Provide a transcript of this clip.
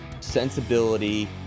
sensibility